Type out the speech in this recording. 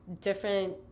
different